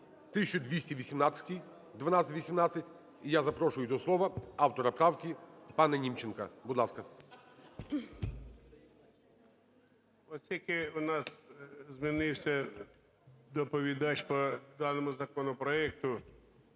Оскільки у нас змінився доповідач по даному законопроекту,